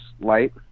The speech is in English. light